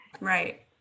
Right